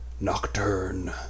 Nocturne